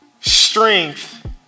strength